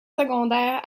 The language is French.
secondaires